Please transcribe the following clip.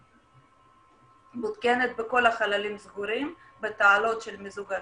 היא מותקנת בכל החללים הסגורים בתעלות מיזוג האוויר,